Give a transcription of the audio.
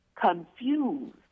confused